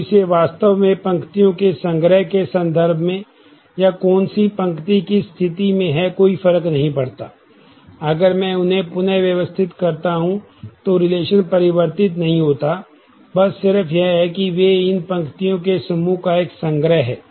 तो एक रिलेशन परिवर्तित नहीं होता बस सिर्फ यह है कि वे इन पंक्तियों के समूह का एक संग्रह हैं